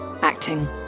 acting